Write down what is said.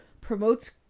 promotes